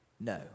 No